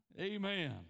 amen